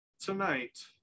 tonight